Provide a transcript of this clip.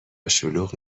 شلوغ